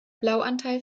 blauanteil